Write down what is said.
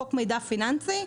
חוק מידע פיננסי,